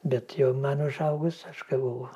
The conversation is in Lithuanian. bet jau man užaugus aš gavau